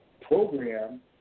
program